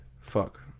fuck